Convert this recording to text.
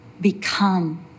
become